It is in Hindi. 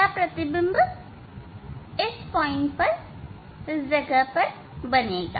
यह प्रतिबिंब यहां इस जगह बनेगा